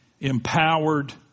empowered